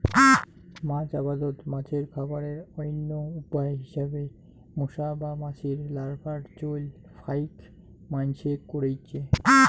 মাছ আবাদত মাছের খাবারের অইন্য উপায় হিসাবে মশা বা মাছির লার্ভার চইল ফাইক মাইনষে কইরচে